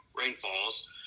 rainfalls